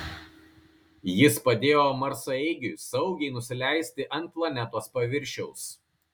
jis padėjo marsaeigiui saugiai nusileisti ant planetos paviršiaus